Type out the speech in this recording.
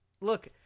look